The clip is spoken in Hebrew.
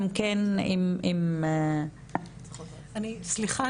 סליחה,